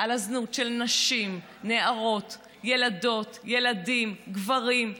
של הזנות, של נשים, נערות, ילדות, ילדים, גברים.